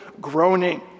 groaning